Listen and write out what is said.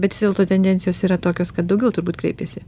na bet vis dėlto tendencijos yra tokios kad daugiau turbūt kreipiasi